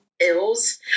ills